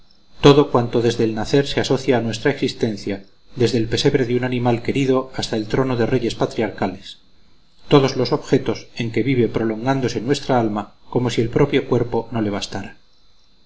todo cuanto desde el nacer se asocia a nuestra existencia desde el pesebre de un animal querido hasta el trono de reyes patriarcales todos los objetos en que vive prolongándose nuestra alma como si el propio cuerpo no le bastara